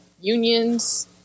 unions